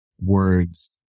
words